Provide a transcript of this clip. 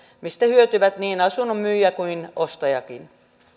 mistä hyötyvät niin asunnon myyjä kuin ostajakin